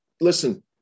Listen